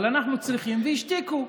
אבל אנחנו צריכים, והשתיקו,